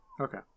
Okay